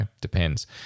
depends